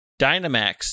Dynamax